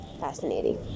Fascinating